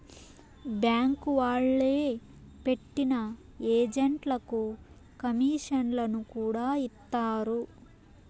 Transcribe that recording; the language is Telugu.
బ్యాంక్ వాళ్లే పెట్టిన ఏజెంట్లకు కమీషన్లను కూడా ఇత్తారు